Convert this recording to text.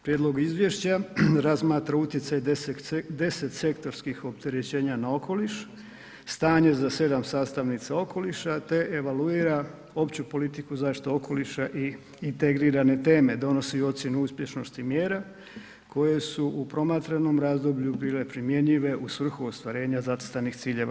Prijedlog izvješća razmatra utjecaj 10 sektorskih opterećenja na okoliš, stanje za 7 sastavnica okoliša te evaluira opću politiku zaštite okoliša i integrirane teme, donosi ocjenu uspješnosti mjera koje su u promatranom razdoblju bile primjenjive u svrhu ostvarenja zacrtanih ciljeva.